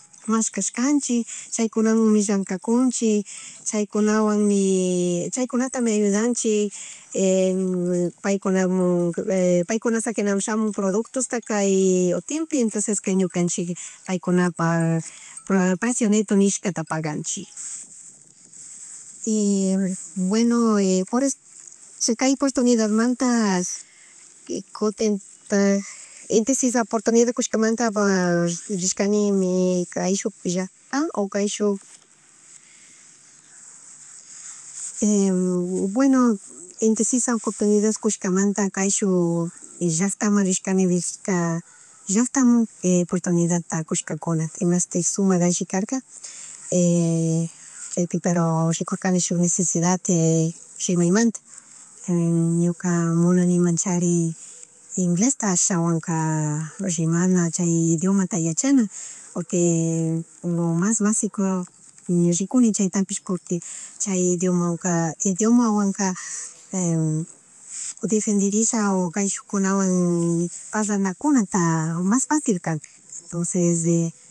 Mashkashkanchik chay kunamun llankakunchik y chaykunayan mi, chaykunatami ayudanchik, paykunamun paykuna shaniknamun shamun prouductostaka kay hotelpi entonceska ñukanchik paykunapak precio netota nishkata paganchik. Y bueno por esto, kay oportunidad manta, y kuntintak inti sisa portunidad kushkamanta pak rishkanimi kayshuk llackta, o kayshuk. Bueno inti sisa oportunidad kushkamantakayshuk laktaman rishkani, Belgica llacktamun portunidadta kushkakuna dimashtik sumak alli karka chaypi pero rikurkani shuk necesidad shimimanta, ñuka munanimanchari iglesta ashawanka rimana, chay idiomata yachana, porque lo mas básico, ña rikuni chaytapish kutin chay idiomanka idiomanka, defendirisha o kayshukkunawan parlanakunata mas fácil kanka, entonces,